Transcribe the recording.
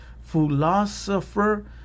philosopher